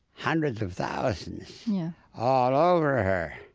hundreds of thousands all over her.